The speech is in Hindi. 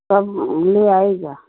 सब ले आएगा